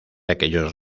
aquellos